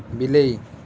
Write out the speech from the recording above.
ବିଲେଇ